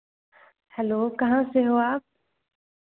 hello कहाँ से हो आप